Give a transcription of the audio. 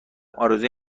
ارزوی